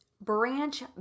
Branch